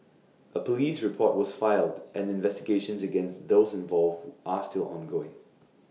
A Police report was filed and investigations against those involved are still ongoing